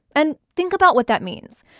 and think about what that means.